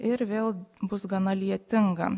ir vėl bus gana lietinga